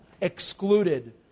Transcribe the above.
Excluded